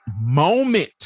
moment